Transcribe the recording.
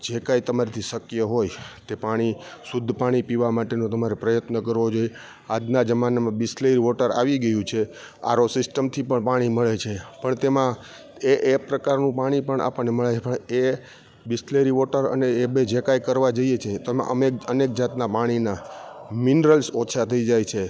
જે કાંઈ તમારાથી શક્ય હોય તે પાણી શુદ્ધ પાણી પીવા માટેનું તમારે પ્રયત્ન કરવો જોઈ આજનાં જમાનામાં બિસલેરી વોટર આવી ગયું છે આરઓ સિસ્ટમથી પણ પાણી મળે છે પણ તેમાં એ એ પ્રકારનું પાણી પણ આપણને મળે છે પણ એ બિસલેરી વોટર અને એ બે જે કાંઈ કરવા જઈએ છીએ તો એમાં અમે અનેક જાતનાં પાણીનાં મિનરલ્સ ઓછા થઈ જાય છે